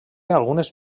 algunes